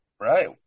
right